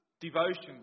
devotion